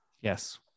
Yes